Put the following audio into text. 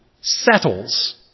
settles